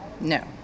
No